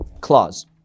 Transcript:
clause